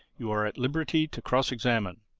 you are at liberty to cross-examine.